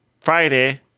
Friday